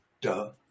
Duh